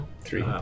Three